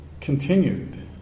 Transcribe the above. continued